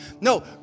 No